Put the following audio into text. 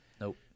Nope